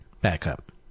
backup